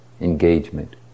engagement